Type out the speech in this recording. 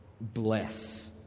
bless